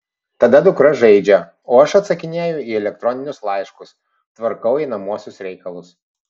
tada dukra žaidžia o aš atsakinėju į elektroninius laiškus tvarkau einamuosius reikalus